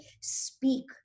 speak